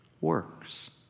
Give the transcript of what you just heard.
works